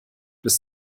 bis